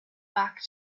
back